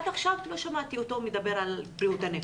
עד עכשיו לא שמעתי אותו מדבר על בריאות הנפש.